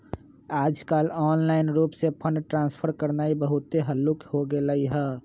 याजकाल ऑनलाइन रूप से फंड ट्रांसफर करनाइ बहुते हल्लुक् हो गेलइ ह